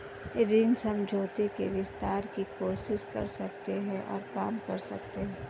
ऋण समझौते के विस्तार की कोशिश कर सकते हैं और काम कर सकते हैं